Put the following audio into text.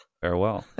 farewell